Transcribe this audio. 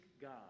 God